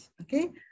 okay